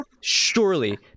Surely